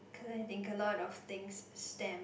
collecting a lot of things stamp